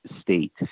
state